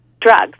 drugs